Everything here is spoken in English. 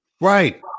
Right